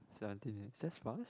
seventeen is that fast